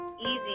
easy